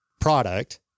product